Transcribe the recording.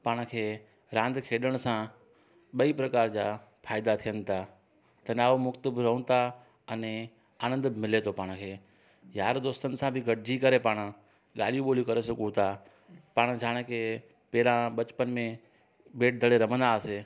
पाण खे रांदि खेॾण सां ॿई प्रकार जा फ़ाइदा थियन था तनाव मुक्त बि रहूं था अने आनंद बि मिले थो पाण खे यार दोस्तनि सां बि गॾु जी करे पाण ॻाल्हियूं ॿोल्हियूं करे सघूं था पाण ॼाण खे पहिरां बचपन में बेड तण रमंदा हुआसीं